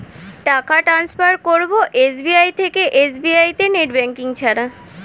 টাকা টান্সফার করব এস.বি.আই থেকে এস.বি.আই তে নেট ব্যাঙ্কিং ছাড়া?